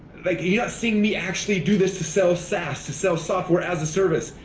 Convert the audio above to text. like, you're not seeing me actually do this to sell saas, to sell software as a service.